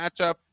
matchup